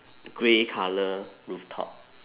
grey colour rooftop